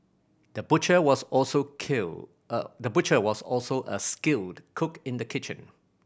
the butcher was also kill the butcher was also a skilled cook in the kitchen